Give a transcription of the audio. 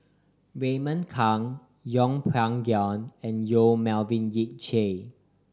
Raymond Kang Yeng Pway Ngon and Yong Melvin Yik Chye